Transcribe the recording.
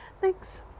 Thanks